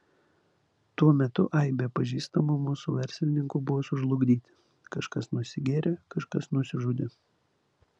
tuo metu aibė pažįstamų mūsų verslininkų buvo sužlugdyti kažkas nusigėrė kažkas nusižudė